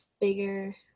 bigger